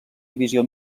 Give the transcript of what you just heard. divisió